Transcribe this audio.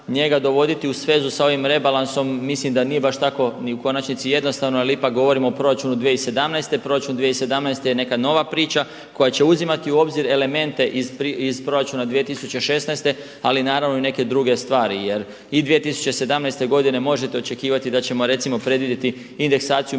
njega dovoditi u svezu sa ovim rebalansom mislim da nije baš tako ni u konačnici jednostavno ali ipak govorimo o proračunu 2017. Proračun 2017. je neka nova priča koja će uzimati u obzir elemente iz proračuna 2016. ali naravno i neke druge stvari jer i 2017. godine možete očekivati da ćemo recimo predvidjeti indeksaciju